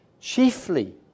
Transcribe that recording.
Chiefly